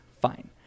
fine